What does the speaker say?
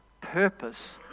purpose